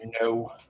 No